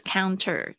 Counter